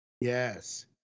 Yes